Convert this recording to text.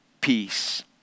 peace